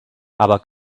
aber